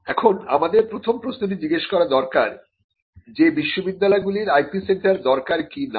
এখন আমাদের প্রথম প্রশ্নটি জিজ্ঞাসা করা দরকার যে বিশ্ববিদ্যালয়গুলির IP সেন্টার দরকার কিনা